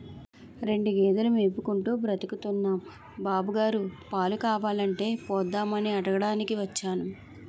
రెండు గేదెలు మేపుకుంటూ బతుకుతున్నాం బాబుగారు, పాలు కావాలంటే పోద్దామని అడగటానికి వచ్చాను